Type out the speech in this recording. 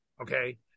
Okay